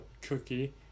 cookie